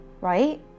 right